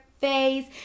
face